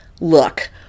Look